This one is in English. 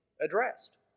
addressed